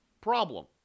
problem